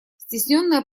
cтесненное